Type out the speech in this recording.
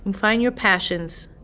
and find your passions,